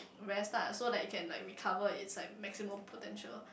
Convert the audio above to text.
rest lah so like you can like recover at its like maximum potential